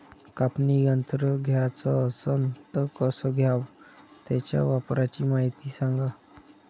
कापनी यंत्र घ्याचं असन त कस घ्याव? त्याच्या वापराची मायती सांगा